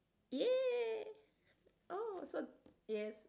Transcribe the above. yeah oh so yes